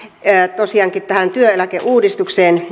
tosiaankin tähän työeläkeuudistukseen